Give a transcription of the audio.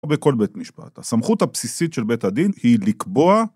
או בכל בית משפט. הסמכות הבסיסית של בית הדין היא לקבוע,